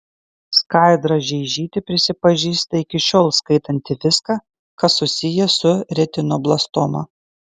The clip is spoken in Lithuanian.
skaidra žeižytė prisipažįsta iki šiol skaitanti viską kas susiję su retinoblastoma